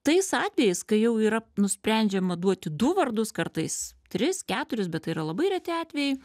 tais atvejais kai jau yra nusprendžiama duoti du vardus kartais tris keturis bet tai yra labai reti atvejai